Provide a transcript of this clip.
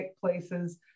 places